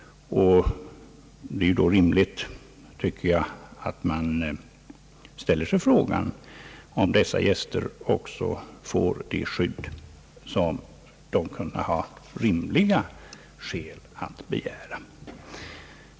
Det är då rimligt, tycker jag, att man ställer sig frågan om dessa gäster också fick det skydd som de kunde ha rimliga skäl att begära.